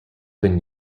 been